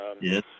yes